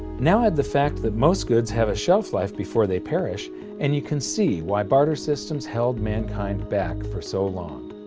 now add the fact that most goods have a shelf life before they perish and you can see why barter systems held mankind back for so long.